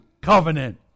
covenant